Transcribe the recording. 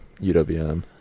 UWM